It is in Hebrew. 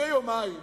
לפני יומיים,